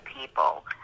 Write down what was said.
people